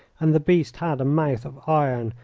and the beast had a mouth of iron.